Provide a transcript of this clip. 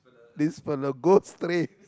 this fellow go straight